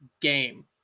game